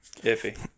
Iffy